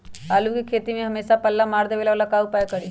आलू के खेती में हमेसा पल्ला मार देवे ला का उपाय करी?